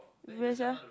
where sia